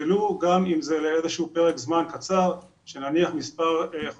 ולו גם אם זה לאיזשהו פרק זמן קצר של כמה חודשים.